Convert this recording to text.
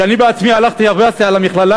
כשאני בעצמי הלכתי למכללה,